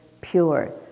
pure